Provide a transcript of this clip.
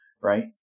right